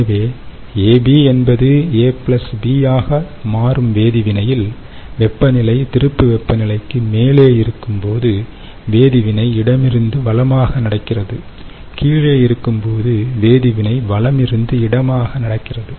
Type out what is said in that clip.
எனவே AB என்பது A B ஆக மாறும் வேதி வினையில் வெப்பநிலை திருப்பு வெப்பநிலைக்கு மேலே இருக்கும்போது வேதிவினை இடமிருந்து வலமாக நடக்கிறது கீழே இருக்கும்போது வேதிவினை வலமிருந்து இடமாக நடக்கிறது